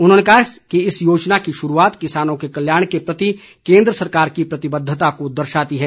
उन्होंने कहा कि इस योजना की शुरूआत किसानों के कल्याण के प्रति केन्द्र सरकार की प्रतिबद्धता को दर्शाती है